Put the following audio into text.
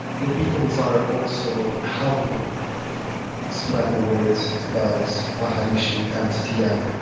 the beatles are also helping in in spread the words about maharishi and tm.